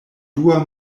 dua